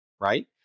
Right